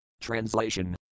Translation